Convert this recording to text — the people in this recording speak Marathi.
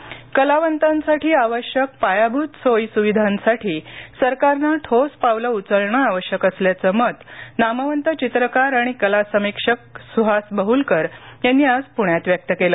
प्रदर्शन कलावंतांसाठी आवश्यक पायाभूत सोयी सुविधांसाठी सरकारनं ठोस पावलं उचलणं आवश्यक असल्याचं मत नामवंत चित्रकार आणि कला समीक्षक सुहास बहुलकर यांनी आज पुण्यात व्यक्त केलं